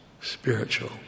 spiritual